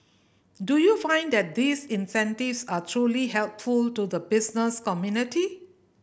do you find that these incentives are truly helpful to the business community